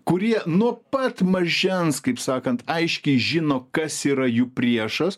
kurie nuo pat mažens kaip sakant aiškiai žino kas yra jų priešas